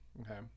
okay